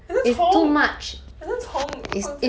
很像虫很像虫放这样